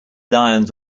lions